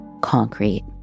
Concrete